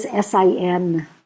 SIN